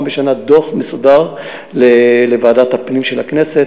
בשנה דוח מסודר לוועדת הפנים של הכנסת,